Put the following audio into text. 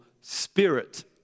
spirit